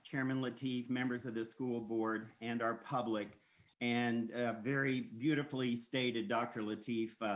chairman lateef, members of the school board and our public and very beautifully stated dr. lateef,